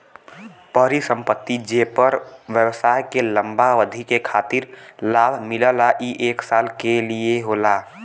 परिसंपत्ति जेपर व्यवसाय के लंबा अवधि के खातिर लाभ मिलला ई एक साल के लिये होला